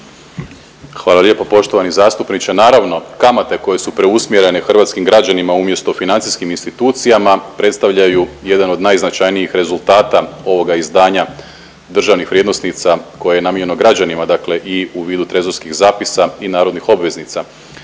Hvala lijepo poštovani zastupniče, naravno kamate koje su preusmjerene hrvatskim građanima umjesto financijskim institucijama predstavljaju jedan od najznačajnijih rezultata ovoga izdanja državnih vrijednosnica koje je namijenjeno građanima, dakle i u vidu trezorskih zapisa i narodnih obveznica.